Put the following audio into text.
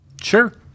Sure